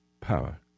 power